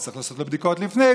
ולעשות בדיקות לפני,